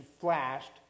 flashed